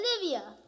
Olivia